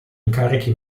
incarichi